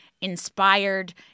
inspired